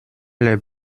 les